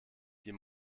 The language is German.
die